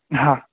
हा